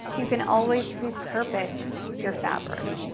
you can always repurpose your fabric.